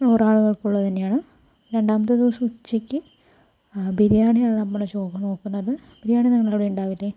നൂറാളുകൾക്കുള്ളത് തന്നെയാണ് രണ്ടാമത്തെ ദിവസം ഉച്ചയ്ക്ക് ബിരിയാണി ആണ് നമ്മൾ ചോറ് നോക്കുന്നത് ബിരിയാണി നിങ്ങളുടെ അവിടെ ഉണ്ടാവില്ലേ